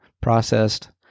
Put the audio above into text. processed